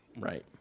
Right